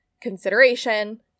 consideration